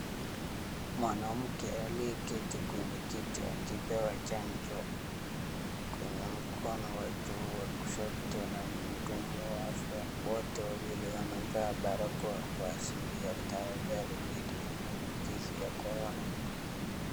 Mwanamke aliyeketi kwenye kiti akipewa chanjo kwenye mkono wa juu wa kushoto na mhudumu wa afya. Wote wawili wamevaa barakoa kuashiria tahadhari dhidi ya maambukizi ya korona.